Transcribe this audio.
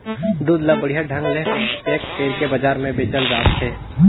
दूद ल बड़िहा ढंग ले पेक कइरके बजार में बेचल जात हे